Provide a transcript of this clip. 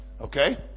Okay